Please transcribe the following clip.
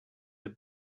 the